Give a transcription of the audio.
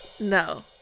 No